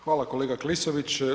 Hvala kolega Klisović.